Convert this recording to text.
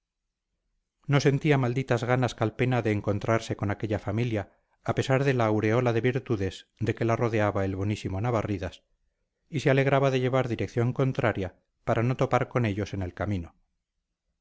no sentía malditas ganas calpena de encontrarse con aquella familia a pesar de la aureola de virtudes de que la rodeaba el bonísimo navarridas y se alegraba de llevar dirección contraria para no topar con ellos en el camino